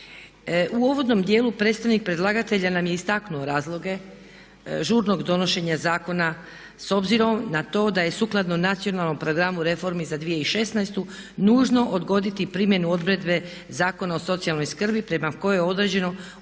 U uvodnom djelu predstavnik predlagatelja nam je istaknuo razloge žurnog donošenja zakona s obzirom na to da je sukladno Nacionalnom programu reformi za 2016. nužno odgoditi primjenu odredbe Zakona o socijalnoj skrbi prema kojoj je određeno